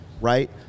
right